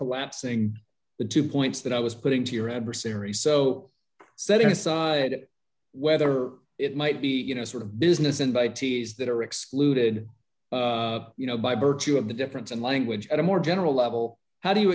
collapsing the two points that i was putting to your adversary so setting aside whether it might be you know sort of business invitees that are excluded you know by virtue of the difference in language at a more general level how do you